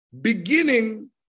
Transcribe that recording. Beginning